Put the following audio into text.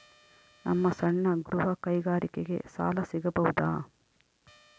ನಮ್ಮ ಸಣ್ಣ ಗೃಹ ಕೈಗಾರಿಕೆಗೆ ಸಾಲ ಸಿಗಬಹುದಾ?